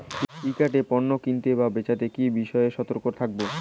ই commerce এ পণ্য কিনতে বা বেচতে কি বিষয়ে সতর্ক থাকব?